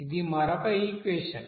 ఇది మరొక ఈక్వెషన్